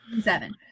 seven